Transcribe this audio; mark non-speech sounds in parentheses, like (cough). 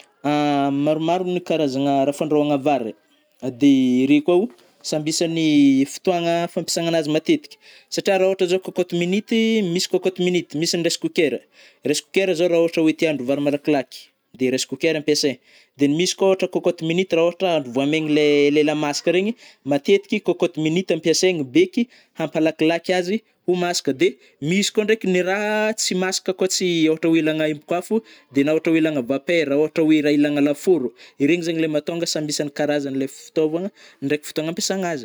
(hesitation) Maromaro gny karazagna rah fandrahoagna vary ai, de (hesitation) reo koao, samby isagny (hesitation) ftoagna fampsagna azy matetiky satriao rah ôhatra zao cocote minuty (hesitation) misy cocote minuty, misy ny rice cookera- rice cookera zao rah ôhatra oe ti ahandro vary malakilaky de rice cooker ampiasaigny, de misy koa ôhatra cocote minuty rah ôhatra ahandro vôamegny le (hesitation) el' ela maska regny matetiky cocote minuty ampiasaigny beky hampalakilaky azy ho masaka de misy koa ndraiky ny raha tsy maska koa tsy (hesitation) ôhatra ilagna embokoafo de na ôhatra oe ilagna vapeur rah ôhatra oe ilagna lafôro, iregny zagny le matônga samby isankarazagny le ftôvagna ndraiky fotôagna ampiasagna azy.